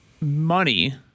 money